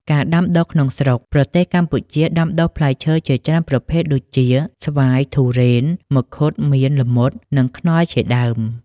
ការដាំដុះក្នុងស្រុក ប្រទេសកម្ពុជាដាំដុះផ្លែឈើជាច្រើនប្រភេទដូចជា ស្វាយ ធូរ៉េន មង្ឃុត មៀន ល្មុត និង ខ្នុរ ជាដើម។